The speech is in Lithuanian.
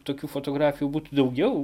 tokių fotografijų būtų daugiau